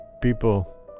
people